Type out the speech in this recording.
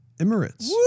Emirates